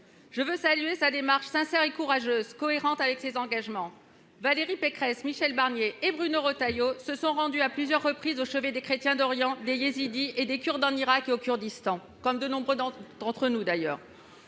Je veux saluer sa démarche sincère et courageuse, cohérente avec ses engagements. Valérie Pécresse, Michel Barnier et Bruno Retailleau se sont rendus à plusieurs reprises au chevet des chrétiens d'Orient, des Yézidis et des Kurdes en Irak, au Kurdistan, témoignant un soutien que nombre d'entre nous ont aussi